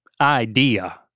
idea